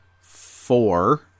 Four